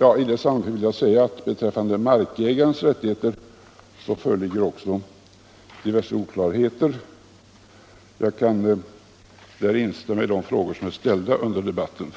I detta sammanhang vill jag säga att det beträffande markägarens rättigheter föreligger diverse oklarheter. Jag kan därvidlag inte instämma i vad som tidigare sagts under debatten.